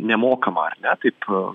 nemokama ar ne taip